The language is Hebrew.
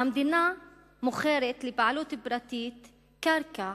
המדינה מוכרת לבעלות פרטית קרקע